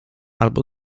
albo